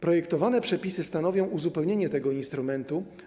Projektowane przepisy stanowią uzupełnienie tego instrumentu.